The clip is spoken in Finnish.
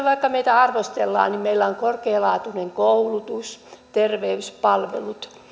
vaikka meitä arvostellaan niin meillä on korkealaatuinen koulutus terveyspalvelut